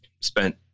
spent